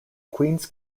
queens